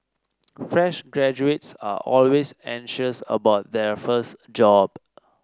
fresh graduates are always anxious about their first job